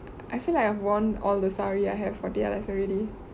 I feel like I've worn all the sari I have for T_L_S already